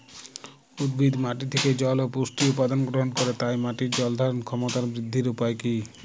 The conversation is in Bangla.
উদ্ভিদ মাটি থেকে জল ও পুষ্টি উপাদান গ্রহণ করে তাই মাটির জল ধারণ ক্ষমতার বৃদ্ধির উপায় কী?